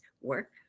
work